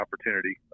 opportunity